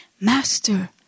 Master